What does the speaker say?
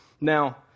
Now